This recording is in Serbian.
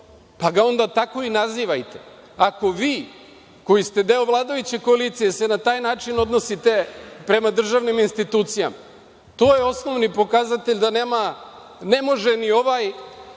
pa ga onda tako i nazivajte. Ako vi, koji ste deo vladajuće koalicije, se na taj način odnosite prema državnim institucijama, to je osnovni pokazatelj da ne može ni ovaj